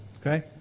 okay